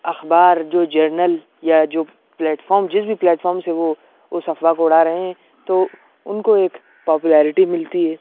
اخبار جو جرنل یا جو پلیٹ فارم جس بھی پلیٹ فارم سے وہ اس افواہ کو اڑا رہے ہیں تو ان کو ایک پاپولیرٹی ملتی ہے